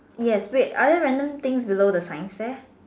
yes wait are there random things below the science fair